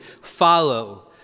follow